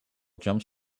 jumps